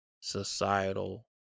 societal